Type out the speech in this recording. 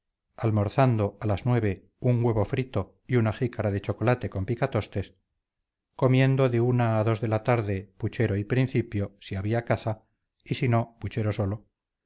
almorzando a las nueve un huevo frito y una jícara de chocolate con picatostes comiendo de una a dos de la tarde puchero y principio si había caza y si no puchero sólo